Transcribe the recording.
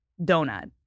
donut